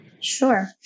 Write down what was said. Sure